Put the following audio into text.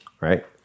Right